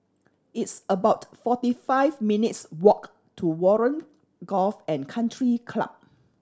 it's about forty five minutes' walk to Warren Golf and Country Club